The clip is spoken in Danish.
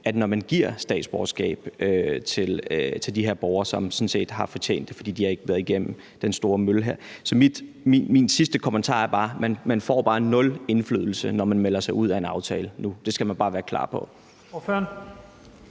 det, når man giver statsborgerskab de her borgere, som sådan set har fortjent det, fordi de har været igennem den store mølle her. Så min sidste kommentar er, at man får bare nul indflydelse, når man melder sig ud af en aftale nu. Det skal man bare være klar på.